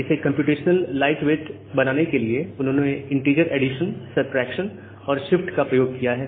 इसे computational light weight बनाने के लिए उन्होंने इंटिजर एडिशन सब ट्रैक्शन और शिफ्ट का प्रयोग किया है